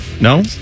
No